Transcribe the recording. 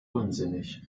unsinnig